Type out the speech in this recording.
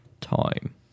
time